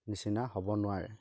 নিচিনা হ'ব নোৱাৰে